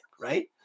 right